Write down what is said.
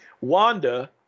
Wanda